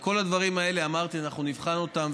כל הדברים האלה, אמרתי, אנחנו נבחן אותם.